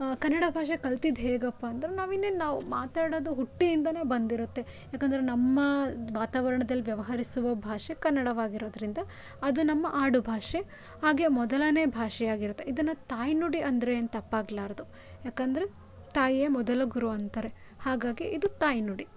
ಕನ್ನಡ ಭಾಷೆ ಕಲ್ತಿದ್ದು ಹೇಗಪ್ಪಾ ಅಂದರೆ ನಾವು ಇನ್ನೇನು ನಾವು ಮಾತಾಡೋದು ಹುಟ್ಟಿನಿಂದಾನೆ ಬಂದಿರುತ್ತೆ ಯಾಕಂದರೆ ನಮ್ಮ ವಾತಾವರಣದಲ್ಲಿ ವ್ಯವಹರಿಸುವ ಭಾಷೆ ಕನ್ನಡವಾಗಿರೋದರಿಂದ ಅದು ನಮ್ಮ ಆಡುಭಾಷೆ ಹಾಗೆ ಮೊದಲನೇ ಭಾಷೆ ಆಗಿರುತ್ತೆ ಇದನ್ನು ತಾಯಿನುಡಿ ಅಂದ್ರೇನು ತಪ್ಪಾಗಲಾರ್ದು ಯಾಕಂದರೆ ತಾಯಿಯೇ ಮೊದಲ ಗುರು ಅಂತಾರೆ ಹಾಗಾಗಿ ಇದು ತಾಯಿನುಡಿ